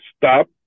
stop